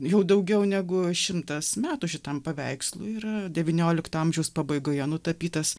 jau daugiau negu šimtas metų šitam paveikslui yra devyniolikto amžiaus pabaigoje nutapytas